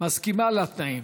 מסכימה לתנאים?